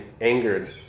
angered